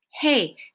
Hey